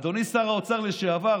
אדוני שר האוצר לשעבר,